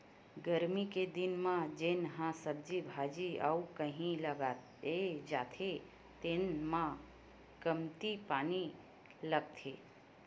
गरमी के दिन म जेन ह सब्जी भाजी अउ कहि लगाए जाथे तेन म कमती पानी लागथे